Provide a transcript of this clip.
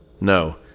No